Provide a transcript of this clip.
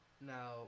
Now